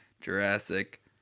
Jurassic